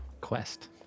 quest